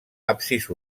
absis